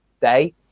day